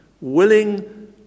willing